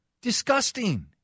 disgusting